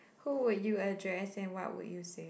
who would you address and what would you say